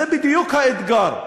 זה בדיוק האתגר.